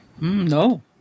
No